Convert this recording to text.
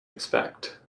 expect